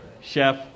Chef